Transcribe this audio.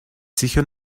sicher